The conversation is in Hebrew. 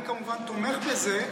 אני כמובן תומך בזה,